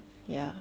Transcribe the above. ya